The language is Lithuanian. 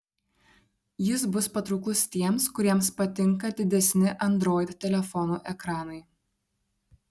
jis bus patrauklus tiems kuriems patinka didesni android telefonų ekranai